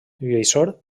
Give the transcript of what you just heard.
lluïssor